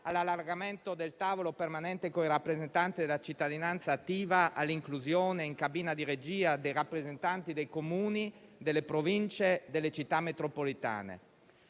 all'allargamento del tavolo permanente con i rappresentanti della cittadinanza attiva e all'inclusione nella cabina di regia dei rappresentanti dei Comuni, delle Province e delle Città metropolitane.